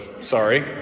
sorry